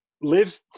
live